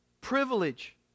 Privilege